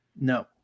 No